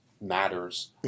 matters